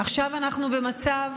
עכשיו אנחנו במצב